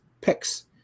picks